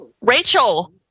Rachel